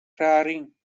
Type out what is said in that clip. raring